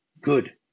Good